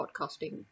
podcasting